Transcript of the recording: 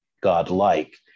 God-like